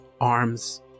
arms